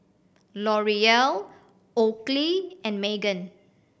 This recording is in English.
L'Oreal Oakley and Megan